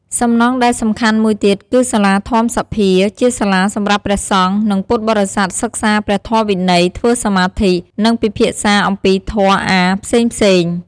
សំណង់ដែលសំខាន់មួយទៀតគឺសាលាធម្មសភាជាសាលាសម្រាប់ព្រះសង្ឃ និងពុទ្ធបរិស័ទសិក្សាព្រះធម៌វិន័យ ធ្វើសមាធិ និងពិភាក្សាអំពីធម៌អាថ៌ផ្សេងៗ។